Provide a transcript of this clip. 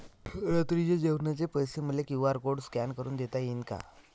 रात्रीच्या जेवणाचे पैसे मले क्यू.आर कोड स्कॅन करून देता येईन का?